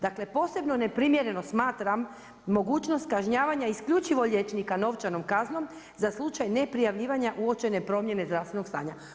Dakle, posebno neprimjereno smatram mogućnost kažnjavanja isključivo liječnika novčanom kaznom, za slučaj neprijavljivanja uočene promijene zdravstvenog stanja.